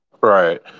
Right